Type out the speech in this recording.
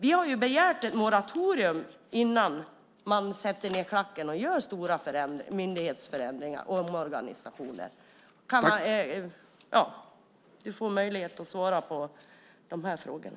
Vi har begärt ett moratorium innan man sätter ned klacken och gör stora myndighetsförändringar och omorganisationer. Ministern får möjlighet att svara på de här frågorna.